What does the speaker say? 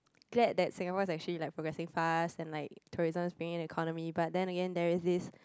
glad that Singapore is actually like progressing fast and like tourism is being in the economy but then again there is this